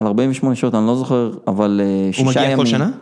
ארבעים ושמונה שעות אני לא זוכר אבל... הוא מגיע כל שנה?